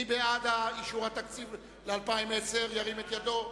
מי בעד אישור התקציב ל-2010, ירים את ידו.